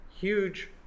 huge